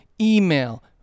Email